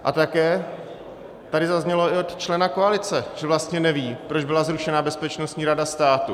A také tady zaznělo i od člena koalice, že vlastně neví, proč byla zrušena Bezpečnostní rada státu.